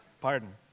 Pardon